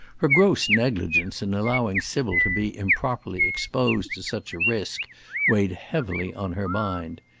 her gross negligence in allowing sybil to be improperly exposed to such a risk weighed heavily on her mind.